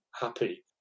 happy